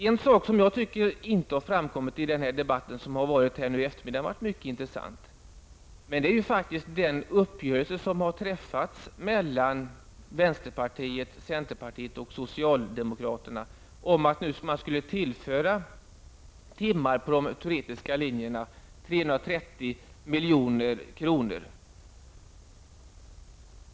En sak som inte har framkommit under debatten, som i och för sig har varit mycket intressant, det är den uppgörelse som har träffats mellan centerpartiet, vänsterpartiet och socialdemokraterna om att man skall tillföra timmar på de teoretiska linjerna, innebärande en kostnad av 330 milj.kr.